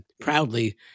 proudly